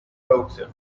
producción